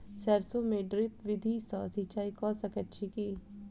सैरसो मे ड्रिप विधि सँ सिंचाई कऽ सकैत छी की?